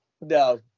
No